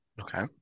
Okay